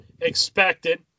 expected